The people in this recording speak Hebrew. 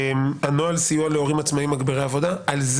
נוהל סיוע להורים עצמאיים מגבירי עבודה זאת